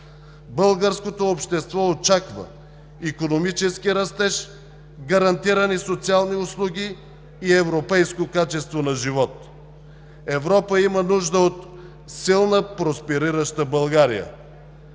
Българското общество очаква икономически растеж, гарантирани социални услуги и европейско качество на живот. Европа има нужда от силна просперираща България.